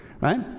right